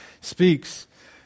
speaks